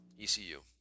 ECU